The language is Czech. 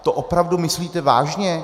To opravdu myslíte vážně?